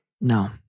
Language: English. No